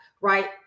right